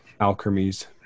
alchemy's